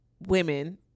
women